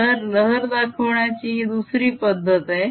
तर लहर दाखवण्याची ही दुसरी पद्धत आहे